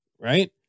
Right